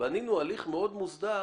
בנינו הליך מאוד מוסדר